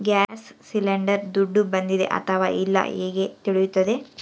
Gas cylinder ದುಡ್ಡು ಬಂದಿದೆ ಅಥವಾ ಇಲ್ಲ ಹೇಗೆ ತಿಳಿಯುತ್ತದೆ?